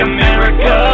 America